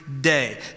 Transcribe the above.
day